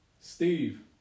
Steve